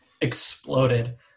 exploded